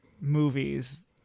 movies